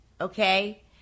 okay